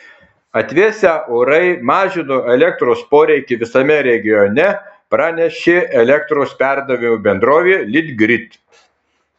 atvėsę orai mažino elektros poreikį visame regione pranešė elektros perdavimo bendrovė litgrid